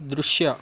ದೃಶ್ಯ